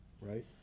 right